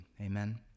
Amen